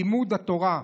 לימוד התורה.